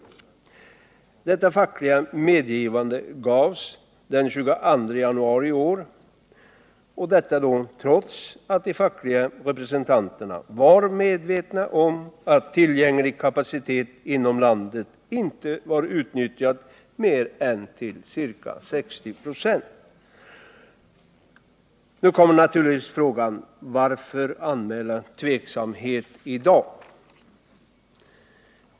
Detta fackliga medgivande gavs den 22 januari i år, trots att de fackliga representanterna var medvetna om att tillgänglig kapacitet inom landet inte var utnyttjad mer än till ca 60 96. Nu kommer naturligtvis frågan: Varför anmäla tveksamhet i dag?